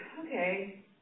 okay